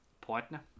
Partner